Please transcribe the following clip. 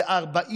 ב-46